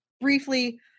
briefly